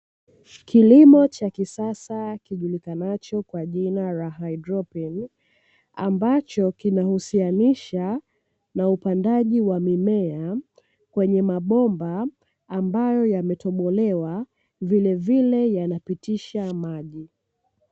Kilimo cha kisasa kijulikanacho kwa jina la haidroponi ambacho kinahusianisha na upandaji wa mimea, kwenye mabomba ambayo yametobolewa vilevile yanapitisha maji.